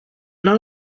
none